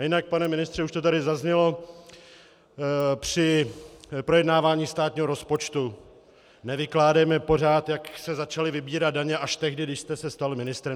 Jinak, pane ministře, už to tady zaznělo při projednávání státního rozpočtu, nevykládejme pořád, jak se začaly vybírat daně až tehdy, když jste se stal ministrem.